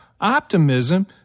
Optimism